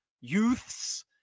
Youths